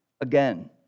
again